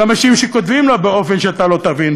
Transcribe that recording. אלא משום שכותבים באופן שאתה לא תבין,